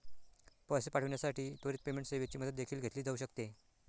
पैसे पाठविण्यासाठी त्वरित पेमेंट सेवेची मदत देखील घेतली जाऊ शकते